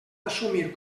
assumir